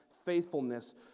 faithfulness